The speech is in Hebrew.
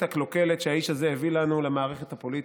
הקלוקלת שהאיש הזה הביא לנו למערכת הפוליטית.